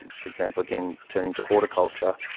and for example again, turning to horticulture,